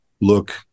look